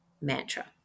mantra